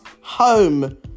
home